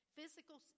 Physical